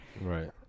right